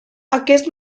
aquest